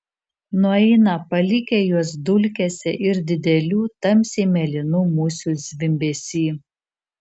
nueina palikę juos dulkėse ir didelių tamsiai mėlynų musių zvimbesy